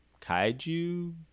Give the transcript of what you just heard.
kaiju